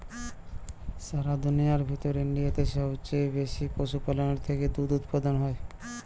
সারা দুনিয়ার ভেতর ইন্ডিয়াতে সবচে বেশি পশুপালনের থেকে দুধ উপাদান হয়